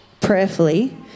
prayerfully